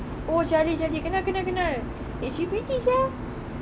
oh charlie kenal kenal kenal eh she pretty sia